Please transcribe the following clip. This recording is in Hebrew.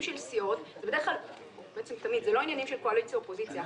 של סיעות זה לא עניינים של קואליציה ואופוזיציה.